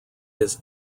his